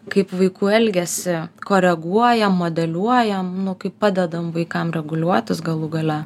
kaip vaikų elgesį koreguojam modeliuojam nu kaip padedam vaikam reguliuotis galų gale